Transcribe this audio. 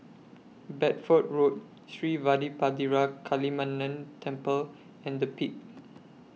Bedford Road Sri Vadapathira Kaliamman Temple and The Peak